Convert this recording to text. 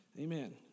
Amen